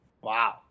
Wow